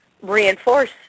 reinforce